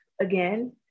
again